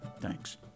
Thanks